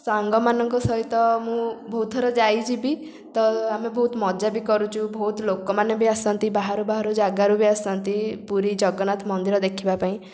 ସାଙ୍ଗମାନଙ୍କ ସହିତ ମୁଁ ବହୁତ ଥର ଯାଇଛି ବି ତ ଆମେ ବହୁତ ମଜା ବି କରୁଛୁ ବହୁତ ଲୋକମାନେ ବି ଆସନ୍ତି ବାହାରୁ ବାହାରୁ ଜାଗାରୁ ବି ଆସନ୍ତି ପୁରୀ ଜଗନ୍ନାଥ ମନ୍ଦିର ଦେଖିବା ପାଇଁ